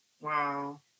Wow